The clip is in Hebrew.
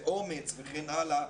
אומץ וכן הלאה,